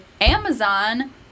amazon